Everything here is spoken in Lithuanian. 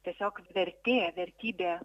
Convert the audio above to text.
tiesiog vertė vertybė